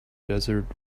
desert